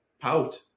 pout